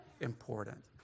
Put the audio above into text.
important